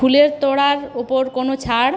ফুলের তোড়ার ওপর কোনও ছাড়